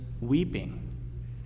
weeping